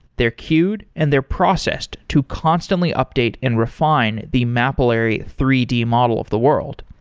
they're queued and they're processed to constantly update and refine the mapillary three d model of the world.